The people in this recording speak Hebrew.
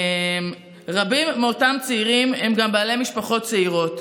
רבים מאותם צעירים הם גם בעלי משפחות צעירות.